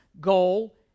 goal